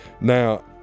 Now